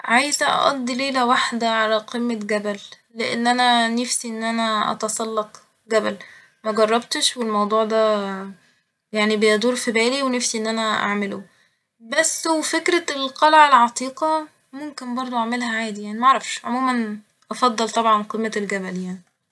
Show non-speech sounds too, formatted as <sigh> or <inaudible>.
عايزه أقضي ليلة واحدة على قمة جبل ، لإن أنا نفسي إن أنا أتسلق جبل ، مجربتش والموضوع ده <hesitation> يعني بيدور في بالي ونفسي إن أنا أعمله ، بس وفكرة القلعة عتيقة ممكن برضه أعملها عادي ، معرفش ، عموما <hesitation> أفضل طبعا قمة الجبل يعني